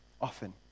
Often